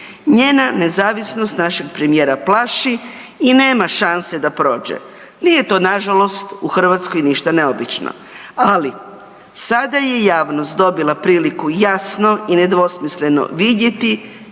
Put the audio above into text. Njena nezavisnost našeg premijera plaši i nema šanse da prođe. Nije to nažalost u Hrvatskoj ništa neobično, ali sada je javnost dobila priliku jasno i nedvosmisleno vidjeti